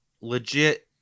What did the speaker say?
Legit